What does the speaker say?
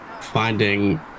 finding